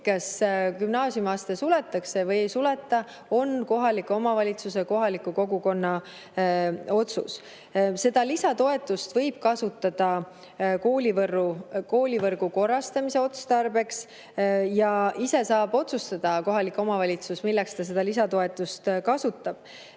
kas gümnaasiumiaste suletakse või ei suleta, on kohaliku omavalitsuse, kohaliku kogukonna otsus. Seda lisatoetust võib kasutada koolivõrgu korrastamise otstarbeks ja kohalik omavalitsus saab ise otsustada, milleks ta seda lisatoetust kasutab.